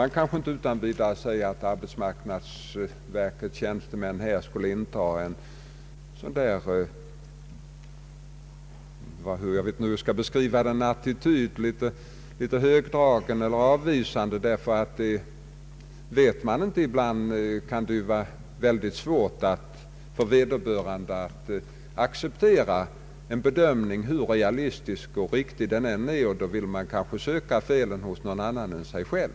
Man får därför inte utan vidare säga att arbetsmarknadsverkets tjänstemän skulle inta en högdragen eller avvisande attityd. Ibland kan det vara väldigt svårt för den utbildningssökande att acceptera en bedömning, hur realistisk och riktig den än är, och då vill vederbörande kanske söka felet hos någon annan än sig själv.